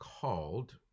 called